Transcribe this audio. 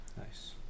Nice